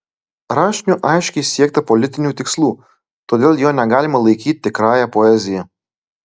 rašiniu aiškiai siekta politinių tikslų todėl jo negalima laikyti tikrąja poezija